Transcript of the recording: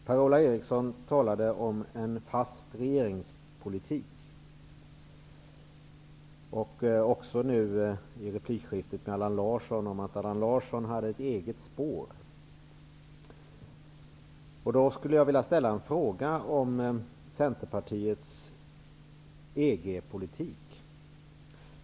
Herr talman! Per-Ola Eriksson talade om en fast regeringspolitik. I sitt replikskifte med Allan Larsson hade ett eget spår. EG-politik.